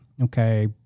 Okay